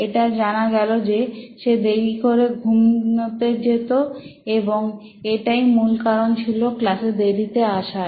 এটা জানা গেল যে সে দেরি করে ঘুমোতে যেত এবং এটাই মূল কারণ ছিল ক্লাসে দেরিতে আসার